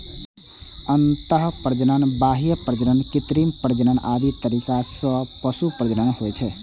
अंतः प्रजनन, बाह्य प्रजनन, कृत्रिम प्रजनन आदि तरीका सं पशु प्रजनन होइ छै